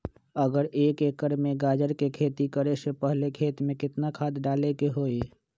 अगर एक एकर में गाजर के खेती करे से पहले खेत में केतना खाद्य डाले के होई?